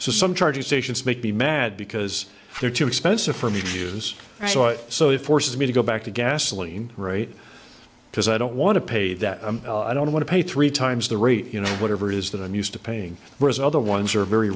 some charging stations make me mad because they're too expensive for me to use so it forces me to go back to gasoline right because i don't want to pay that i don't want to pay three times the rate you know whatever it is that i'm used to paying whereas other ones are very